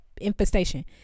infestation